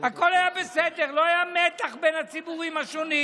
הכול היה בסדר, לא היה מתח בין הציבורים השונים.